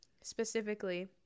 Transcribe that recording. specifically